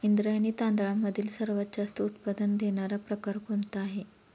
इंद्रायणी तांदळामधील सर्वात जास्त उत्पादन देणारा प्रकार कोणता आहे?